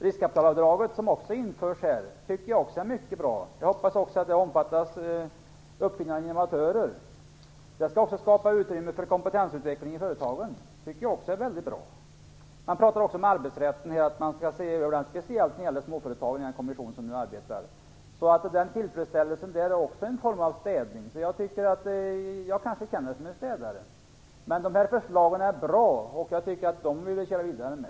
Riskkapitalavdraget, som också införs här, tycker jag också är mycket bra. Jag hoppas också att det omfattar uppfinnare och innovatörer. Det skall skapa utrymme för kompetensutveckling inom företagen. Det tycker jag också är mycket bra. Man pratar om arbetsrätten och att man i den kommission som nu arbetar skall se över den, speciellt när det gäller småföretagen. Den tillfredsställelsen är också en form av städning. Jag kanske känner mig som en städare. Men de här förslagen är bra och dem vill vi köra vidare med.